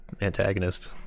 antagonist